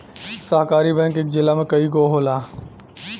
सहकारी बैंक इक जिला में कई गो होला